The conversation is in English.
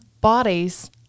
bodies